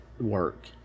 work